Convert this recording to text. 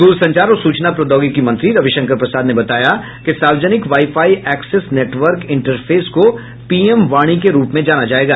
द्रसंचार और सूचना प्रोद्योगिकी मंत्री रविशंकर प्रसाद ने बताया कि सार्वजनिक wifi access network interface को पीएम वाणी के रूप में जाना जाएगा